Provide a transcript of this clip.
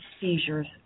seizures